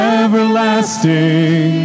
everlasting